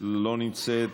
לא נמצאת,